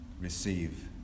receive